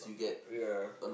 ya